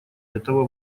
этого